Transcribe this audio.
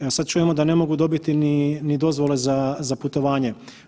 Evo, sad čujemo da ne mogu dobiti ni dozvole za putovanje.